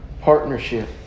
partnership